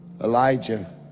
Elijah